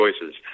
choices